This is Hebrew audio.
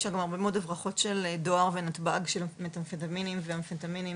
יש גם הרבה מאוד הברחות של דואר של אמפטמינים ו-מת' אמפטמינים.